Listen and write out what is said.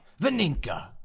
vaninka